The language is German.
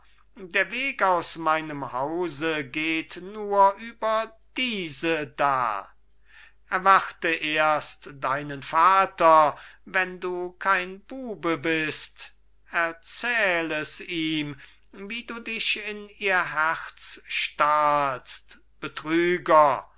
der weg aus meinem hause geht nur über diese da erwarte erst deinen vater wenn du kein bube bist erzähl es ihm wie du dich in ihr herz stahlst betrüger